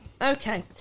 Okay